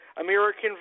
American